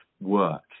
work